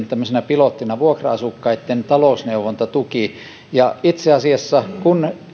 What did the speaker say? tämmöisenä pilottina vuokra asukkaitten talousneuvontatuki itse asiassa kun